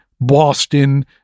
Boston